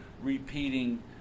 repeating